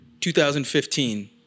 2015